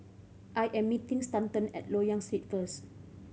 I am meeting Stanton at Loyang Street first